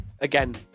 Again